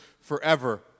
forever